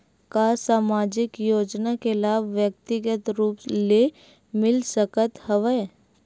का सामाजिक योजना के लाभ व्यक्तिगत रूप ले मिल सकत हवय?